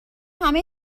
همه